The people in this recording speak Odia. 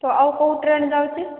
ତ ଆଉ କୋଉ ଟ୍ରେନ୍ ଯାଉଛି